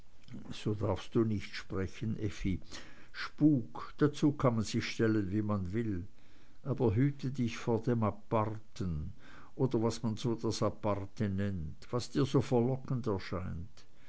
so darfst du nicht sprechen effi spuk dazu kann man sich stellen wie man will aber hüte dich vor dem aparten oder was man so das aparte nennt was dir so verlockend erscheint